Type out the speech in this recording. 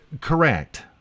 Correct